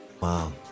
Wow